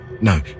No